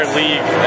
league